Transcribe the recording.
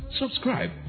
subscribe